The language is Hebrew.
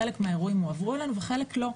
חלק מהאירועים הועברו לנו וחלק לא.